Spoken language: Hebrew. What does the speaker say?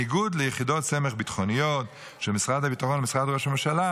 בניגוד ליחידת סמך ביטחוניות של משרד הביטחון ומשרד ראש הממשלה,